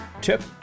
Tip